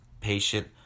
patient